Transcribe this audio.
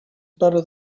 better